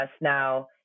now